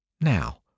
Now